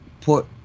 Put